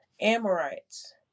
Amorites